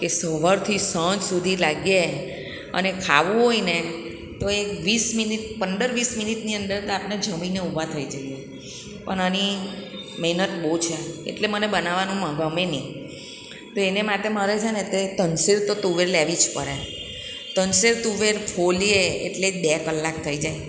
કે સવારથી સાંજ સુધી લાગીએ અને ખાવું હોય ને તો એ વીસ મિનિટ પંદર વીસ મિનિટની અંદર તો આપણે જમીને ઊભા થઈ જઈએ પણ આની મહેનત બહુ છે એટલે મને બનાવવાનું ગમે નહીં તો એને માટે મારે છે ને તે ત્રણ શેર તો તુવેર લેવી જ પડે ત્રણ શેર તુવેર ફોલીએ એટલે બે કલાક થઈ જાય